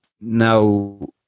now